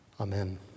Amen